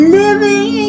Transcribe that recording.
living